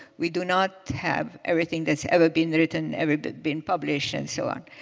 we do not have everything that's ever been written, ever been been published and so on.